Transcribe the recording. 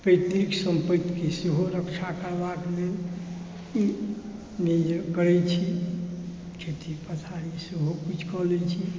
पैतृक सम्पत्तिक सेहो रक्षा करबाक लेल जे होइया करै छी खेती पथारी सेहो किछु कऽ लै छी